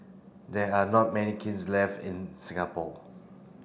there are not many kilns left in Singapore